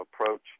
approach